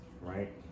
right